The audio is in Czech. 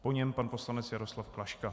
Po něm pan poslanec Jaroslav Klaška.